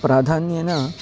प्राधान्येन